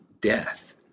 death